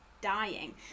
dying